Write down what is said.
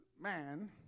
man